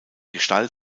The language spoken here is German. gestalt